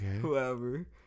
Whoever